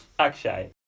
Akshay